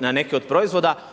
na neke od proizvoda